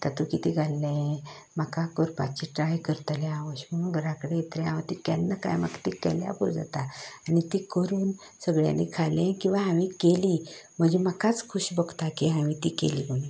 तातूंत कितें घाल्लें म्हाका करपाची ट्राय करतलें हांव अशें म्हणून घरा कडेन थंय हांव ती केन्ना काय म्हाका ती केल्यार पूरो जाता आनी ती करून सगळ्यांनी खालें किंवा हांवें केली म्हजे म्हाकाच खोशी भोगता की हांवें ती केली म्हणून